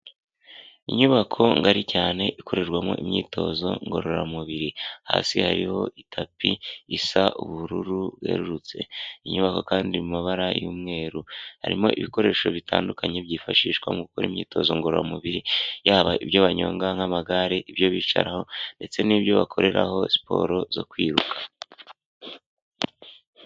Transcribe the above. Inyubako ngari cyane ikorerwamo imyitozo ngororamubiri, hasi hariho itapi isa ubururu bwerurutse inyubako kandi mu mabara y'umweru. Harimo ibikoresho bitandukanye byifashishwa mu gukora imyitozo ngororamubiri yaba ibyo banyonga nk'amagare, ibyo bicaraho ndetse n'ibyo bakoreraho siporo zo kwiruka.